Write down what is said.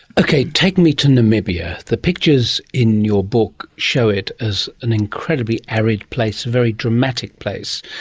okay, take me to namibia. the pictures in your book show it as an incredibly arid place, a very dramatic place,